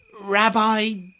Rabbi